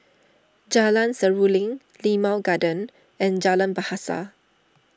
Jalan Seruling Limau Garden and Jalan Bahasa